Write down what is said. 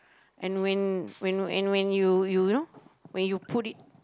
and when when and when you you know when you put it